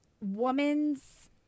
woman's